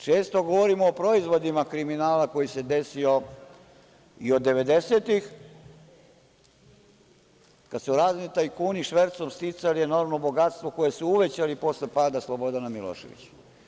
Često govorimo o proizvodima kriminala koji se desio i od devedesetih, kada su razni tajkuni švercom sticali enormno bogatstvo koje su uvećali posle pada Slobodana Miloševića.